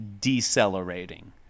decelerating